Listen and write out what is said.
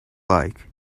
like